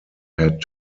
had